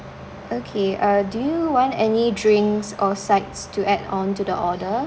okay uh do you want any drinks or sides to add on to the order